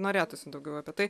norėtųsi daugiau apie tai